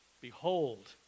Behold